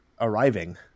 arriving